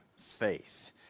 faith